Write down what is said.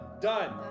done